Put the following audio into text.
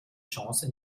chance